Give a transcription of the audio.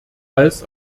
als